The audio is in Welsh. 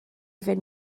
fynd